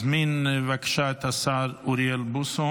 אני מזמין את השר אוריאל בוסו